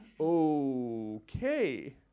Okay